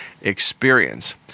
experience